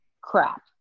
crap